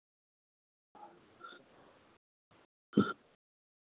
अच्छा हां त बले थोड़ो घटि न थींदो हाणे